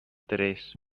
tres